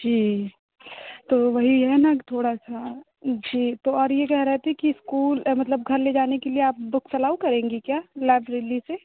जी तो वही है ना थोड़ा सा जी तो और यह कह रहे थे कि स्कूल मतलब घर ले जाने के लिए आप बुक्स अलाऊ करेंगी क्या लाइब्रेली से